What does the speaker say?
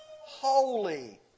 Holy